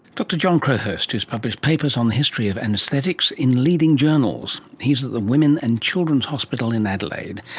dr john crowhurst, who has published papers on the history of anaesthesiology in leading journals. he's at the women and children's hospital in adelaide.